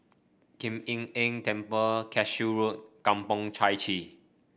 Kuan Im Tng Temple Cashew Road Kampong Chai Chee